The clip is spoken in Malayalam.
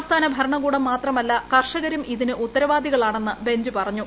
സംസ്ഥാന ഭരണകൂടം മാത്രമല്ല കർഷകരും ഇതിന് ഉത്തരവാദികളാണെന്ന് ബെഞ്ച് പറഞ്ഞു